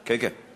כן כן.